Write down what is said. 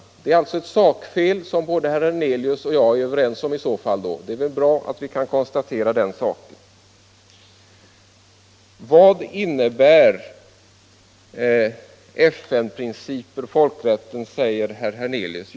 Herr Hernelius och jag är alltså överens om att det finns ett sakfel i reservationen. Det är bra att vi kan konstatera den saken. Vad innebär FN-principer och folkrätt? säger herr Hernelius.